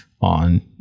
on